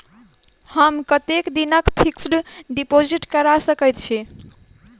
हम कतेक दिनक फिक्स्ड डिपोजिट करा सकैत छी?